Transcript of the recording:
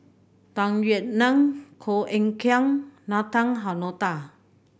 Tung Yue Nang Goh Eck Kheng Nathan Hartono